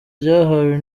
ryahawe